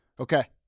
Okay